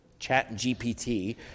ChatGPT